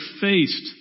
faced